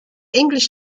english